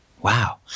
Wow